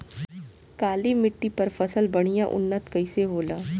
काली मिट्टी पर फसल बढ़िया उन्नत कैसे होला?